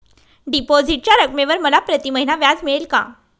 डिपॉझिटच्या रकमेवर मला प्रतिमहिना व्याज मिळेल का?